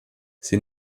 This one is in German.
sie